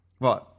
Right